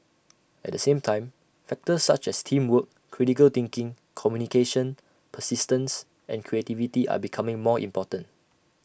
at the same time factors such as teamwork critical thinking communication persistence and creativity are becoming more important